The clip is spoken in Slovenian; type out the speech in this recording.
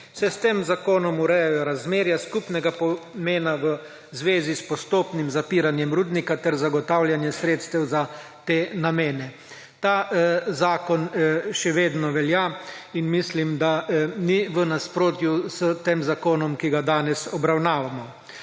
S tem zakonom se urejajo razmerja skupnega pomena v zvezi s postopnim zapiranjem rudnika ter zagotavljanje sredstev za te namene. Ta zakon še vedno velja in mislim, da ni v nasprotju s tem zakonom, ki ga danes obravnavamo.